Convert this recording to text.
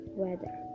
weather